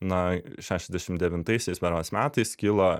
na šešiasdešim devintaisiais berods metais kilo